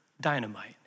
dynamite